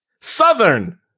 Southern